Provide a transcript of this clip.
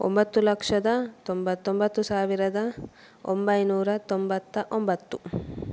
ಒಂಬತ್ತು ಲಕ್ಷದ ತೊಂಬತ್ತೊಂಬತ್ತು ಸಾವಿರದ ಒಂಬೈನೂರ ತೊಂಬತ್ತ ಒಂಬತ್ತು